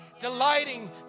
delighting